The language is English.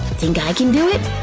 think i can do it?